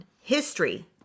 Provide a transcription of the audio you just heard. History